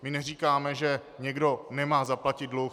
My neříkáme, že někdo nemá zaplatit dluh.